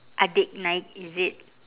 adik naik is it